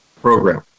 program